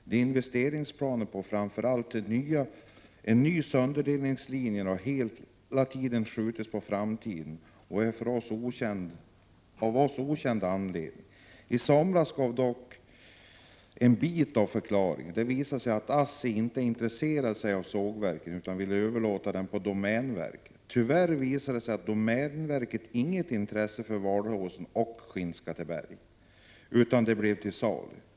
De investeringsplaner på framför allt en ny sönderdelningslinje har hela tiden skjutits på framtiden av för oss okänd anledning. I somras gavs dock en bit av förklaringen. Då visade det sig att ASSI inte var intresserad av sina sågverk, utan ville överlåta dem på Domänverket. Tyvärr visade Domänverket inget intresse för Valåsen och Skinnskatteberg, utan de blev till salu.